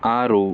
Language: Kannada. ಆರು